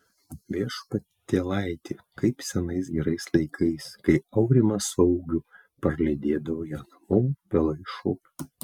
viešpatėlaiti kaip senais gerais laikais kai aurimas su augiu parlydėdavo ją namo vėlai iš šokių